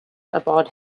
aboard